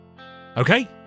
Okay